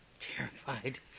terrified